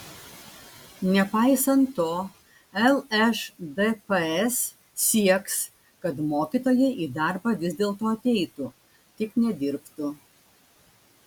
nepaisant to lšdps sieks kad mokytojai į darbą vis dėlto ateitų tik nedirbtų